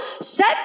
Set